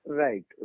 right